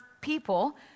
people